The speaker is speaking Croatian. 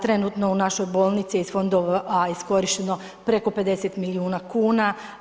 Trenutno u našoj bolnici iz fondova a iskorišteno preko 50 milijuna kuna.